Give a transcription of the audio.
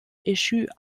échut